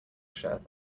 shirt